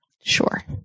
sure